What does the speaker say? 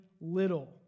little